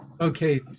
Okay